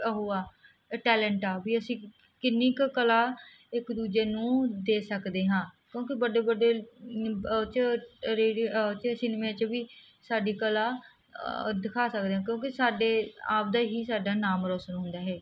ਉਹ ਆ ਟੇਲੇਂਟ ਆ ਵੀ ਅਸੀਂ ਕਿੰਨੀ ਕੁ ਕਲਾ ਇੱਕ ਦੂਜੇ ਨੂੰ ਦੇ ਸਕਦੇ ਹਾਂ ਕਿਉਂਕਿ ਵੱਡੇ ਵੱਡੇ ਉਚ ਉਚ ਸਿਨਮਾ 'ਚ ਵੀ ਸਾਡੀ ਕਲਾ ਦਿਖਾ ਸਕਦੇ ਹੋ ਕਿਉਂਕਿ ਸਾਡੇ ਆਪਦਾ ਹੀ ਸਾਡਾ ਨਾਮ ਰੋਸ਼ਨ ਹੁੰਦਾ ਹੈ